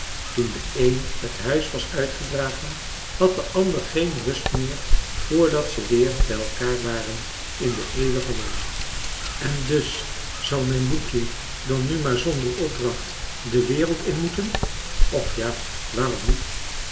toen de een het huis was uitgedragen had de ander geen rust meer voordat ze weer bij elkaar waren in de eeuwige woning en dus zal mijn boekje dan nu maar zonder opdracht de wereld in moeten och ja waarom niet